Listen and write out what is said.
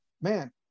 Man